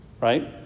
right